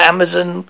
Amazon